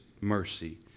mercy